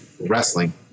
wrestling